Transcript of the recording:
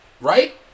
Right